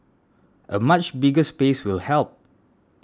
a much bigger space will help